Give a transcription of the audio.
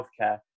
healthcare